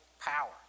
power